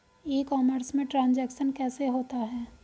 ई commerce में transaction कैसे होता है?